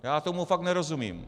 Já tomu fakt nerozumím.